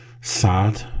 sad